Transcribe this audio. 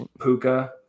Puka